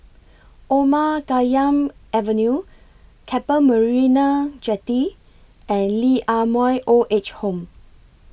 Omar Khayyam Avenue Keppel Marina Jetty and Lee Ah Mooi Old Age Home